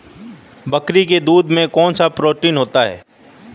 बकरी के दूध में कौनसा प्रोटीन होता है?